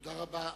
תודה רבה.